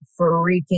freaking